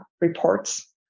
reports